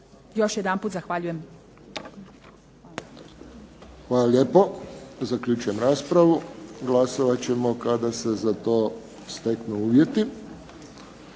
Josip (HSS)** Hvala lijepo. Zaključujem raspravu. Glasovat ćemo kada se za to steknu uvjeti.